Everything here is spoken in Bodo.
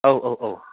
औ औ औ